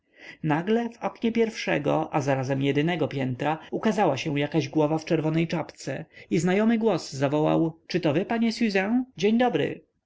nagle w oknie pierwszego a zarazem jedynego piętra ukazała się jakaś głowa w czerwonej czapce i znajomy głos zawołał czyto wy panie siuzę dzień dobry